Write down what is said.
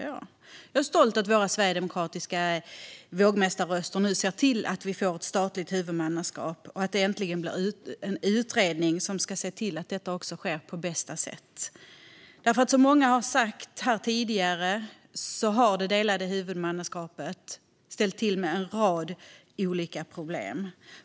Jag är stolt över att våra sverigedemokratiska vågmästarröster ser till att vi får ett statligt huvudmannaskap och att det äntligen blir en utredning som ska se till att detta också sker på bästa sätt. Som många tidigare sagt har det delade huvudmannaskapet ställt till med en rad olika problem.